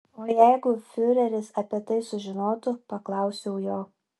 o jeigu fiureris apie tai sužinotų paklausiau jo